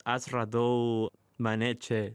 aš radau mane čia